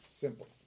simple